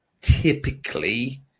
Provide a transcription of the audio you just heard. typically